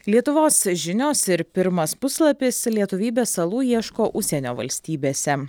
lietuvos žinios ir pirmas puslapis lietuvybės salų ieško užsienio valstybėse